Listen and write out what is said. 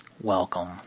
welcome